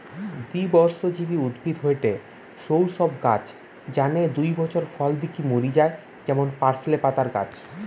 দ্বিবর্ষজীবী উদ্ভিদ হয়ঠে সৌ সব গাছ যানে দুই বছর ফল দিকি মরি যায় যেমন পার্সলে পাতার গাছ